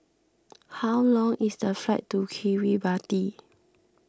how long is the flight to Kiribati